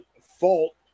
fault